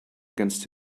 against